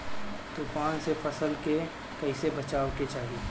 तुफान से फसल के कइसे बचावे के चाहीं?